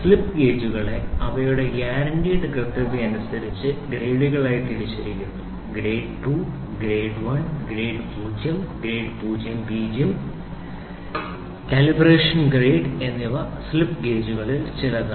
slip ഗേജുകളെ അവയുടെ guaranteed കൃത്യതയനുസരിച്ച് ഗ്രേഡുകളായി തിരിച്ചിരിക്കുന്നു grade 2 grade 1 grade 0 grade 00 calibration grade എന്നിവ 5 ഗ്രേഡ് സ്ലിപ്പ് ഗേജുകളിൽ ചിലതാണ്